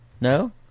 No